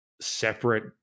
separate